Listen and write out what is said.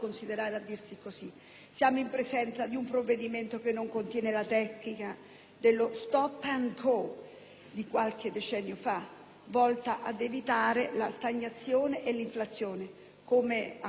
Siamo in presenza di un provvedimento che non contiene la tecnica dello "*stop and go*" di qualche decennio fa, volta ad evitare la stagnazione e l'inflazione - come qualcuno